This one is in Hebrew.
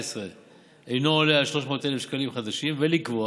אינו עולה על 300,000 שקלים חדשים ולקבוע